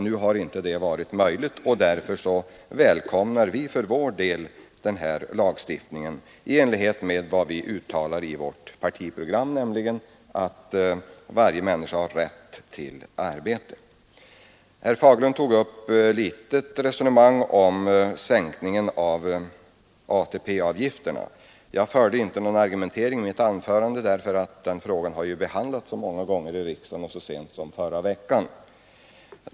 Nu har inte det varit möjligt, och därför välkomnar vi för vår del den här lagstiftningen i enlighet med vad vi uttalar i vårt partiprogram, nämligen att varje människa har rätt till arbete. Vidare tog herr Fagerlund upp ett litet resonemang om sänkningen av ATP-avgifterna. Jag förde inte någon argumentering på den punkten i mitt anförande, eftersom frågan har behandlats så många gånger i riksdagen, bl.a. så sent som förra veckan.